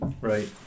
Right